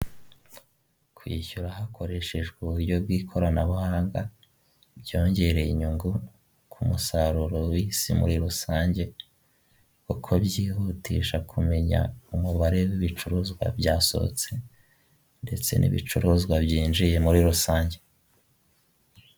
Kwishyura hakoreshejwe uburyo bw'ikoranabuhanga, byongereye inyungu ku musaruro w'isi muri rusange, kuko byihutisha kumenya umubare w'ibicuruzwa byasohotse ndetse n'ibicuruzwa byinjiye muri rusange.